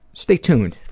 stay tuned.